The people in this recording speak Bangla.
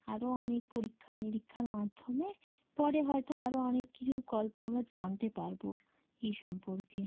আরও অনেক পরিক্ষা নিরীক্ষার মাধ্যমে পরে হয়তো আরও অনেক কিছুর গল্প আমরা জানতে পারব এই সম্পর্কে